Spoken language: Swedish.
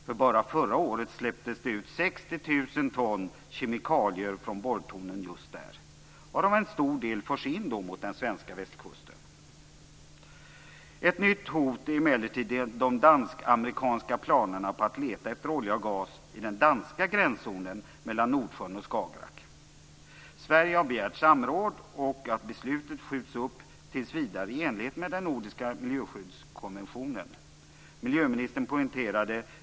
Bara under förra året släpptes 60 000 ton kemikalier ut från borrtornen just där, varav en stor del förs in mot den svenska västkusten. Ett nytt hot är emellertid de dansk-amerikanska planerna på att leta efter olja och gas i den danska gränszonen mellan Nordsjön och Skagerrak. Sverige har begärt samråd och att beslutet skjuts upp tills vidare, i enlighet med den nordiska miljöskyddskonventionen.